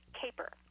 Caper